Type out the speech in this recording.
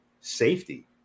safety